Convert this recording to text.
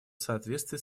соответствии